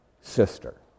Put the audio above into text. sister